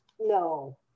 No